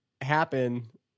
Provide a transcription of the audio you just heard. happen